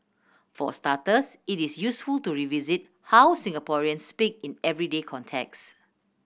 for starters it is useful to revisit how Singaporeans speak in everyday context